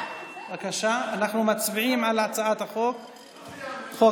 בבקשה, אנחנו מצביעים על הצעת חוק החברות.